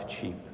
cheap